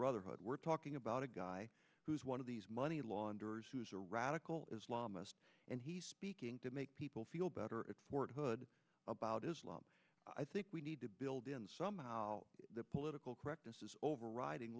brotherhood we're talking about a guy who is one of these money launderers who is a radical islamic and he's speaking to make people feel better at fort hood about islam i think we need to build in somehow the political correctness is overriding